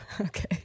Okay